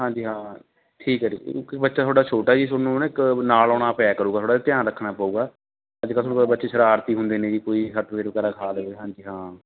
ਹਾਂਜੀ ਹਾਂ ਠੀਕ ਹੈ ਜੀ ਕਿਉਂਕਿ ਬੱਚਾ ਤੁਹਾਡਾ ਛੋਟਾ ਜੀ ਤੁਹਾਨੂੰ ਨਾ ਇੱਕ ਨਾਲ ਆਉਣਾ ਪਿਆ ਕਰੂਗਾ ਥੋੜ੍ਹਾ ਜਿਹਾ ਧਿਆਨ ਰੱਖਣਾ ਪਊਗਾ ਅੱਜ ਕੱਲ੍ਹ ਤੁਹਾਨੂੰ ਪਤਾ ਬੱਚੇ ਸ਼ਰਾਰਤੀ ਹੁੰਦੇ ਨੇ ਜੀ ਕੋਈ ਸੱਟ ਫੇਟ ਵਗੈਰਾ ਖਾ ਲਵੇ ਹਾਂਜੀ ਹਾਂ